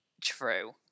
True